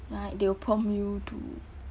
like they will prompt you to